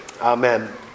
Amen